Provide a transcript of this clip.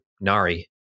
Nari